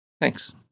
Thanks